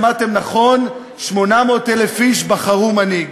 כן, שמעתם נכון, 800,000 איש בחרו מנהיג.